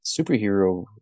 superhero